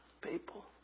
people